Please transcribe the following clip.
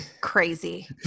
crazy